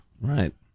Right